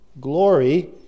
glory